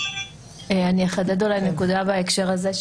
אני אחדד אולי נקודה בהקשר הזה,